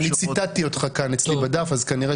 המילה